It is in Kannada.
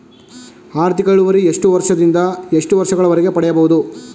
ಆರ್ಥಿಕ ಇಳುವರಿ ಎಷ್ಟು ವರ್ಷ ದಿಂದ ಎಷ್ಟು ವರ್ಷ ಗಳವರೆಗೆ ಪಡೆಯಬಹುದು?